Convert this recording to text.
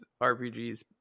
rpgs